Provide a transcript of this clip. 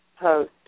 post